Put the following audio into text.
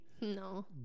No